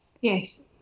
Yes